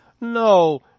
No